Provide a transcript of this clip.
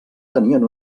tenien